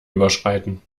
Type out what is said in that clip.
überschreiten